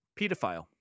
pedophile